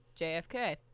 JFK